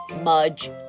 Mudge